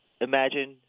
imagine